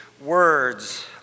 words